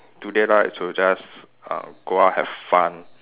do they like to just uh go out have fun